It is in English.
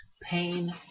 Pain